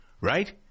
right